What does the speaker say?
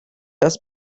das